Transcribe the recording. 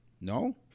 No